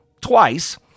twice